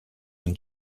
been